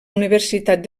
universitat